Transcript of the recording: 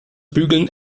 bügeln